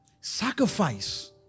Sacrifice